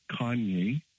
Kanye